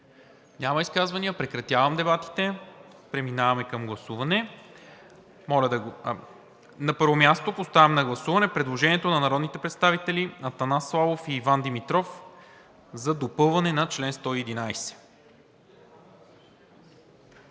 за изказване? Няма. Прекратявам дебатите. Преминаваме към гласуване. Поставям на гласуване предложението на народните представители Атанас Славов и Иван Димитров за допълване на чл. 111.